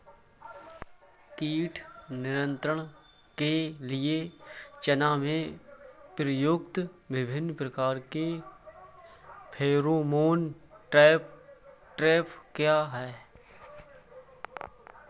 कीट नियंत्रण के लिए चना में प्रयुक्त विभिन्न प्रकार के फेरोमोन ट्रैप क्या है?